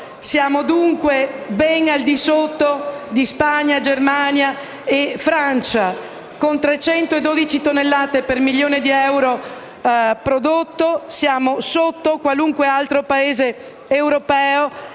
siamo, dunque, ben al di sotto di Spagna, Germania e Francia, con 312 tonnellate per milioni di euro prodotto. Siamo sotto qualunque altro Paese europeo,